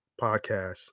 podcast